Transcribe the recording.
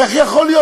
איך יכול להיות?